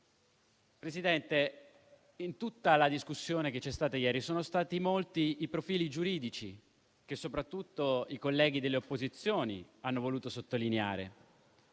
Presidente, in tutta la discussione che c'è stata ieri, sono stati molti i profili giuridici che soprattutto i colleghi delle opposizioni hanno voluto sottolineare.